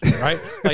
Right